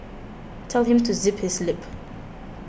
tell him to zip his lip